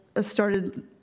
started